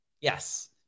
Yes